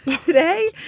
Today